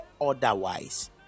otherwise